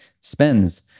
spends